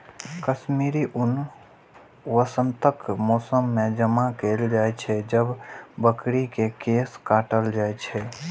कश्मीरी ऊन वसंतक मौसम मे जमा कैल जाइ छै, जब बकरी के केश काटल जाइ छै